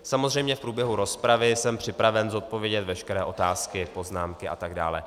Samozřejmě v průběhu rozpravy jsem připraven zodpovědět veškeré otázky, poznámky a tak dále.